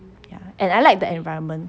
ya and I like the environment